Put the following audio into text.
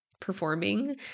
performing